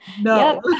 No